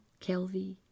Kelvy